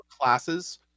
classes